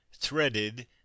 threaded